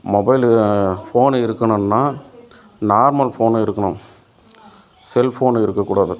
மொபைல்லு phone இருக்கணுன்னா normal phone இருக்கணும் cellphone இருக்கக்கூடாது